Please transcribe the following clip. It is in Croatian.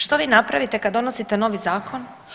Što vi napravite kad donosite novi zakon?